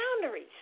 boundaries